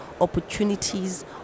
opportunities